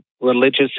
religious